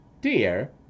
dear